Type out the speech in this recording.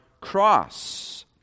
cross